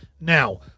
Now